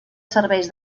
serveis